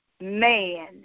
Man